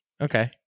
Okay